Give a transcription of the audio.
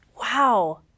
Wow